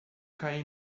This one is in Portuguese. caí